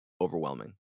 overwhelming